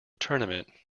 tournament